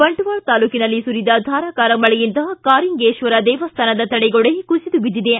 ಬಂಟ್ವಾಳ ತಾಲೂಕಿನಲ್ಲಿ ಸುರಿದ ಧಾರಾಕಾರ ಮಳೆಯಿಂದ ಕಾರಿಂಗೇಶ್ವರ ದೇವಸ್ಥಾನದ ತಡೆಗೋಡೆ ಕುಸಿದು ಬಿದ್ದಿದೆ